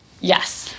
Yes